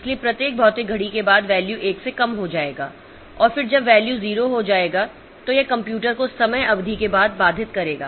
इसलिए प्रत्येक भौतिक घड़ी के बाद वैल्यू 1 से कम हो जाएगा और फिर जब वैल्यू 0 हो जाएगा तो यह कंप्यूटर को समय अवधि के बाद बाधित करेगा